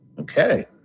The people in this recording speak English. Okay